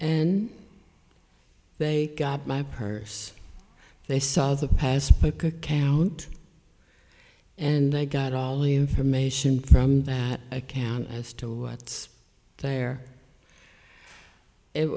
and they got my purse they saw the pass book account and they got all the information from that account as to what's there it